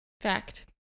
Fact